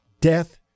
death